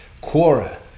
Quora